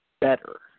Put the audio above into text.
better